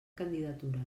candidatures